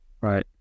Right